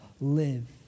live